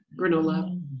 granola